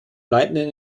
leitenden